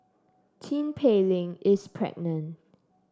Tin Pei Ling is pregnant